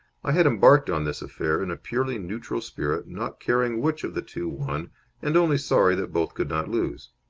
i had embarked on this affair in a purely neutral spirit, not caring which of the two won and only sorry that both could not lose.